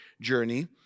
journey